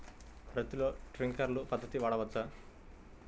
పత్తిలో ట్వింక్లర్ పద్ధతి వాడవచ్చా?